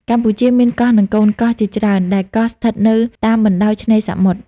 កម្ពុជាមាន កោះនិងកូនកោះជាច្រើន ដែលកោះស្ថិតនៅតាមបណ្តោយឆ្នេរសមុទ្រ។